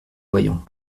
voyant